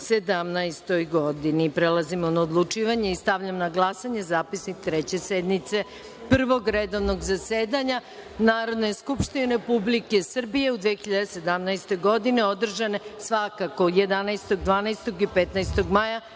2017. godini. Prelazimo na odlučivanje i stavljam na glasanje zapisnik Treće sednice Prvog redovnog zasedanja Narodne skupštine Republike Srbije u 2017. godini, održane 11, 12. i 15. maja